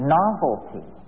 novelty